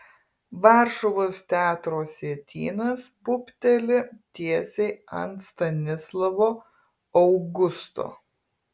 varšuvos teatro sietynas pūpteli tiesiai ant stanislovo augusto